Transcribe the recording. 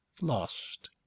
lost